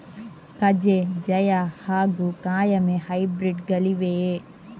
ಕಜೆ ಜಯ ಹಾಗೂ ಕಾಯಮೆ ಹೈಬ್ರಿಡ್ ಗಳಿವೆಯೇ?